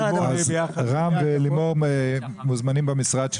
רם ולימור מוזמנים לשבת במשרד של